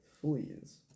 fleas